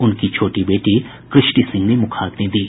उनकी छोटी बेटी कृष्टि सिंह ने मुखाग्नि दी